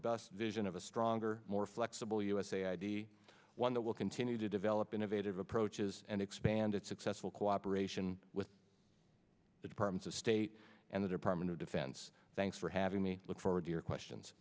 robust vision of a stronger more flexible usa ideally one that will continue to develop innovative approaches and expand its successful cooperation with the department of state and the department of defense thanks for having me look forward to your questions